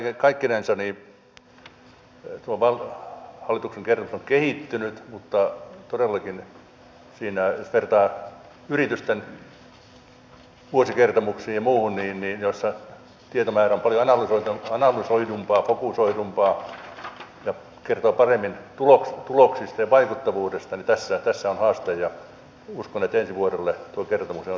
kaiken kaikkinensa tuo hallituksen kertomus on kehittynyt mutta todellakin jos vertaa yritysten vuosikertomuksiin ja muihin joissa tietomäärä on paljon analysoidumpaa fokusoidumpaa ja jotka kertovat paremmin tuloksista ja vaikuttavuudesta tässä on haaste ja uskon että ensi vuonna tuo kertomus on